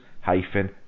hyphen